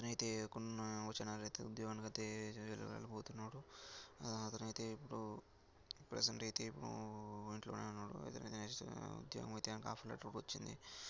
అయితే కున్నా ఆలోచనకైతే ఉద్యోగానికి అయితే వెళ్ళిపోతున్నాడు అతనయితే ఇప్పుడు ప్రజెంట్ అయితే ఇప్పుడు ఇంట్లోనే ఉన్నాడు అయితే ఉద్యోగం అయితే ఆఫర్ లెటర్ వచ్చింది